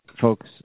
folks